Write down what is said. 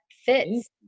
fits